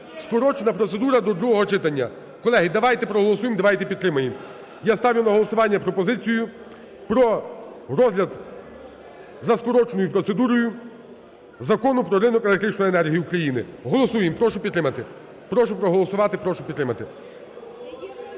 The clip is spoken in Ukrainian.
Скорочена процедура до другого читання. Колеги, давайте проголосуємо, давайте підтримаємо. Я ставлю на голосування пропозицію про розгляд за скороченою процедурою Закону про ринок електричної енергії України. Голосуємо, прошу підтримати. Прошу проголосувати. Прошу підтримати.